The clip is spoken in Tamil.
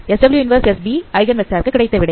SW 1SB ஐகன் வெக்டார் க்கு கிடைத்த விடை